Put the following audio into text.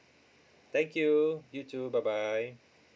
thank you you too bye bye